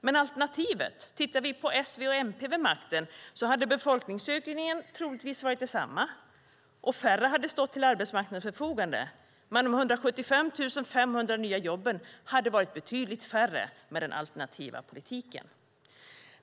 Men med alternativet med S, V, MP vid makten hade befolkningsökningen troligtvis varit densamma. Och färre hade stått till arbetsmarknadens förfogande. Men de 175 700 nya jobben hade varit betydligt färre med den alternativa politiken.